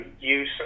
use